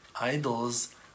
idols